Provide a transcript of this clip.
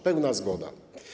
Pełna zgoda.